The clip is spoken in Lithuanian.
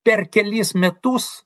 per kelis metus